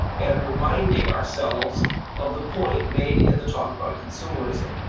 and reminding ourselves of the point made in the talk about consumerism.